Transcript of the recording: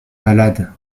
malade